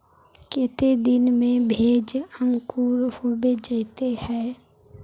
केते दिन में भेज अंकूर होबे जयते है?